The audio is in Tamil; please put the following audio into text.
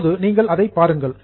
இப்போது நீங்கள் அதை பாருங்கள்